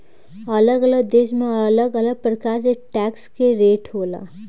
अलग अलग देश में अलग अलग प्रकार के टैक्स के रेट होला